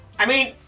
i mean,